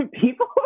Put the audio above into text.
People